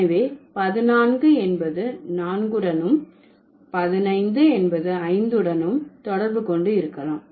எனவே பதினான்கு என்பது நான்குடனும் பதினைந்து என்பது ஐந்துடனும் தொடர்பு கொண்டு இருக்கலாம்